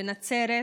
בנצרת?